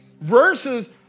versus